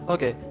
Okay